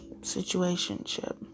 situationship